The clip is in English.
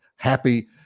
happy